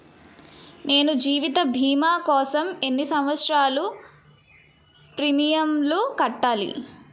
నేను జీవిత భీమా కోసం ఎన్ని సంవత్సారాలు ప్రీమియంలు కట్టాలి?